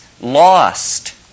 lost